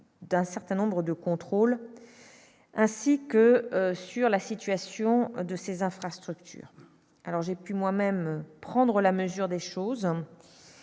d'un certain nombres de contrôles ainsi que sur la situation de ces infrastructures, alors j'ai pu moi-même prendre la mesure des choses,